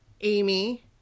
Amy